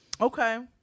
Okay